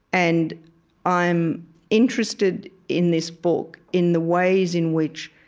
and i'm interested in this book in the ways in which,